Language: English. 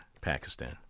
Pakistan